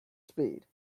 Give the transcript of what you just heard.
speed